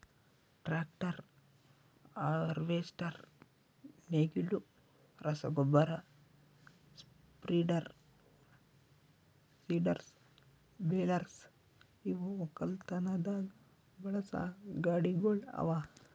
tractor, harvester, ನೇಗಿಲು, ರಸಗೊಬ್ಬರ spreader, seeders, balers ಇವು ಒಕ್ಕಲತನದಾಗ್ ಬಳಸಾ ಗಾಡಿಗೊಳ್ ಅವಾ